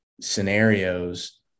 scenarios